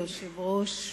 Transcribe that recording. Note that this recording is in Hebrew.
אדוני היושב-ראש,